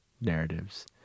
narratives